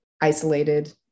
isolated